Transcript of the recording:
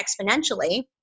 exponentially